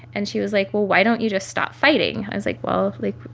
and she was like, well, why don't you just stop fighting? i was like, well, like,